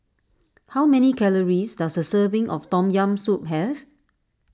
how many calories does a serving of Tom Yam Soup have